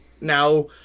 now